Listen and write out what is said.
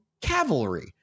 Cavalry